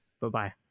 Bye-bye